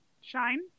Shine